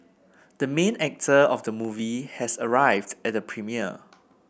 the main actor of the movie has arrived at the premiere